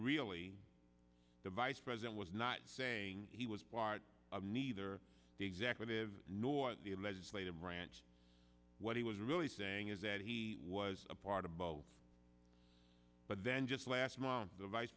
really the vice president was not saying he was part of neither the executive nor the legislative branch what he was really saying is that he was a part of both but then just last month the vice